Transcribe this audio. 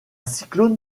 cyclone